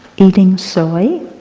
eating soy,